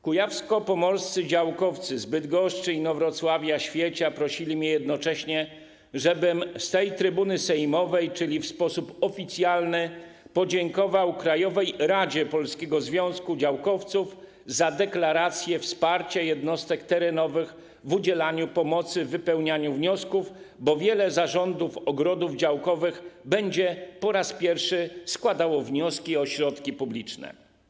Kujawsko-pomorscy działkowcy z Bydgoszczy, Inowrocławia i Świecia prosili mnie, żebym z tej trybuny sejmowej, czyli w sposób oficjalny, podziękował Krajowej Radzie Polskiego Związku Działkowców za deklarację wsparcia jednostek terenowych w udzielaniu pomocy w wypełnianiu wniosków, bo wiele zarządów ogrodów działkowych będzie po raz pierwszy składało wnioski o środki publiczne.